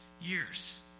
years